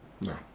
No